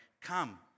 come